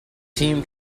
team